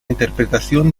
interpretación